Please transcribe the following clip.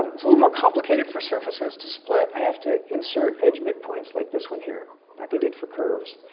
um it's a little more complicated for surfaces to split. i have to insert edge midpoints, like this one here. like i did for curves.